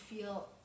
feel